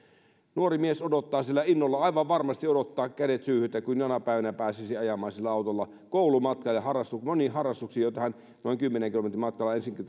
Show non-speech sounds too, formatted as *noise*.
nuorimies odottaa siellä innolla aivan varmasti odottaa kädet syyhyten että jonain päivänä pääsisi ajamaan sillä autolla koulumatkaa ja moniin harrastuksiin joihin hän noin kymmenen kilometrin matkaa ensi *unintelligible*